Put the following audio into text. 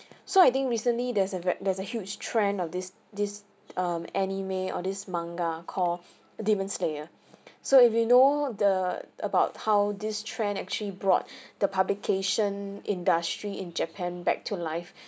so I think recently there's a va~ there's a huge trend of this this um anime or this manga call demon slayer so if you know the about how this trend actually brought the publication industry in japan back to life